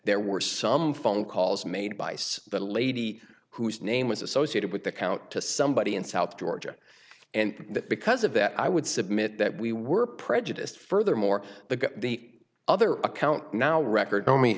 there were some phone calls made by some the lady whose name was associated with the count to somebody in south georgia and that because of that i would submit that we were prejudiced furthermore the the other account now record i me